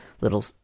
little